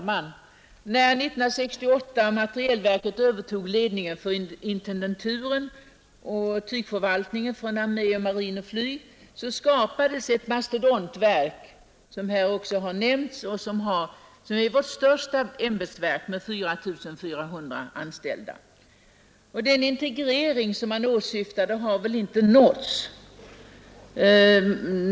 Herr talman! När materielverket år 1968 övertog ledningen för intendenturen och tygförvaltningen från armé, marin och flyg skapades ett mastodontverk — det har redan nämnts — som är vårt största ämbetsverk med 4 400 anställda. Den integrering, som man åsyftade, har väl inte nåtts.